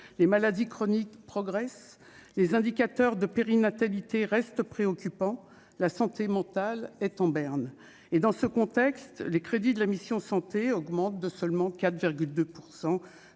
les maladies chroniques progresse, les indicateurs de périnatalité reste préoccupant : la santé mentale est en berne, et dans ce contexte, les crédits de la mission santé augmentent de seulement 4,2